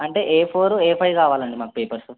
అంటే A four A five కావాలండి మాకు పేపర్స్